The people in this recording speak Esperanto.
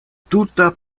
tuta